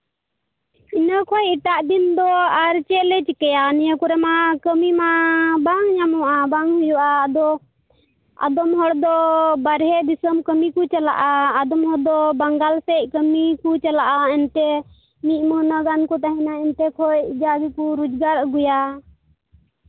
ᱤᱱᱟᱹ ᱠᱷᱚᱱ ᱮᱴᱟᱜ ᱫᱤᱱ ᱫᱚ ᱟᱨ ᱪᱮᱫ ᱞᱮ ᱪᱤᱠᱟᱹᱭᱟ ᱱᱤᱭᱟᱹ ᱠᱚᱨᱮᱢᱟ ᱠᱟᱹᱢᱤᱢᱟ ᱵᱟᱝ ᱧᱟᱢᱚᱜᱼᱟ ᱵᱟᱝ ᱦᱩᱭᱩᱜᱼᱟ ᱟᱫᱚ ᱟᱫᱚᱢ ᱦᱚᱲ ᱫᱚ ᱵᱟᱦᱨᱮ ᱫᱤᱥᱚᱢ ᱠᱟᱹᱢᱤ ᱠᱚ ᱪᱟᱞᱟᱜᱼᱟ ᱟᱫᱚᱢ ᱦᱚᱲ ᱫᱚ ᱵᱟᱝᱞᱟᱜ ᱥᱮᱫ ᱠᱟᱹᱢᱤ ᱠᱚ ᱪᱟᱞᱟᱜᱼᱟ ᱚᱱᱛᱮ ᱢᱤᱫ ᱢᱟᱹᱦᱱᱟᱹ ᱜᱟᱱ ᱠᱚ ᱛᱟᱦᱮᱱᱟ ᱚᱱᱛᱮ ᱠᱷᱚᱱ ᱡᱟ ᱜᱮᱠᱚ ᱨᱳᱡᱽᱜᱟᱨ ᱟᱹᱜᱩᱭᱟ